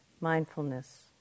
mindfulness